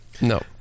No